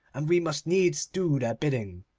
and we must needs do their bidding.